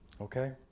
Okay